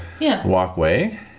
walkway